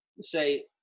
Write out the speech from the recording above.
say